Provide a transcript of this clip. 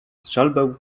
strzelbę